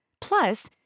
Plus